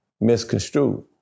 misconstrued